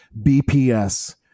BPS